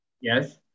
yes